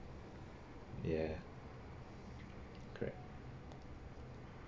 ya correct